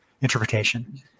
interpretation